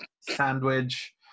Sandwich